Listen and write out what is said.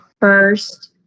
first